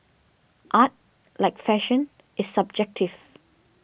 art like fashion is subjective